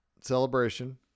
Celebration